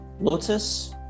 Lotus